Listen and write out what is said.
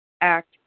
act